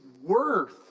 worth